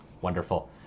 Wonderful